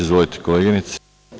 Izvolite koleginice.